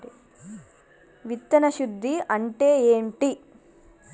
విత్తన శుద్ధి అంటే ఏంటి?